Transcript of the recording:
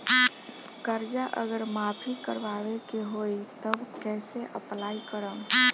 कर्जा अगर माफी करवावे के होई तब कैसे अप्लाई करम?